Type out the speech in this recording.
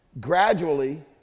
Gradually